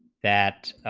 that